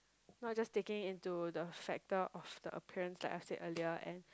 not just taking into the factor of the appearance like I've said earlier and